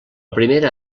primera